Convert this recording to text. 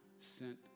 sent